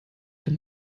dem